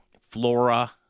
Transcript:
flora